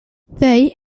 they